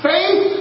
Faith